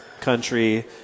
country